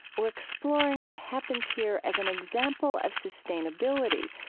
we're exploring what happens here as an example of sustainability,